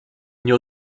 nie